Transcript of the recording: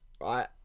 right